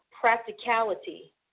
practicality